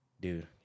dude